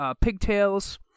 pigtails